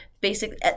basic